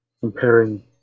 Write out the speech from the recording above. comparing